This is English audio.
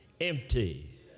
empty